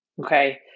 Okay